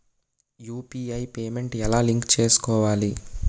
UPI payment ఎలా link చేసుకోవాలి?